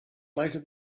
lighted